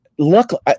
Luckily